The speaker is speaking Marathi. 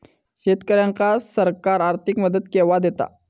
शेतकऱ्यांका सरकार आर्थिक मदत केवा दिता?